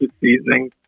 seasoning